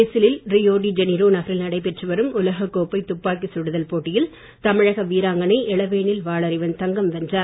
பிரேசிலில் Rio de Janeiro நகரில் நடைபெற்று வரும் உலக கோப்பை துப்பாக்கிச் சுடுதல் போட்டியில் தமிழக வீராங்கனை இளவேனில் வளறிவான் தங்கம் வென்றார்